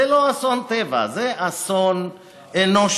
זה לא אסון טבע, זה אסון אנושי.